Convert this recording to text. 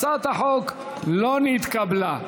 הצעת החוק לא נתקבלה.